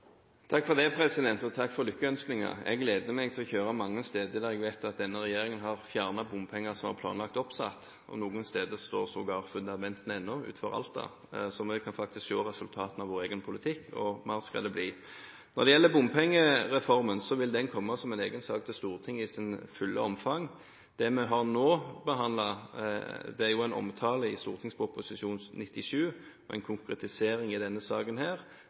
Takk for det, og takk for lykkønskningene. Jeg gleder meg til å kjøre mange steder der jeg vet at denne regjeringen har fjernet bommer som var planlagt oppsatt, og noen steder står sågar fundamentene ennå, som utenfor Alta. Så vi kan faktisk se resultatene av vår egen politikk, og mer skal det bli. Når det gjelder bompengereformen, vil den komme som en egen sak til Stortinget i sitt fulle omfang. Det vi har behandlet nå, er omtalt i Prop. 97 S, og en konkretisering i denne saken her,